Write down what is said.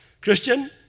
Christian